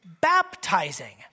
baptizing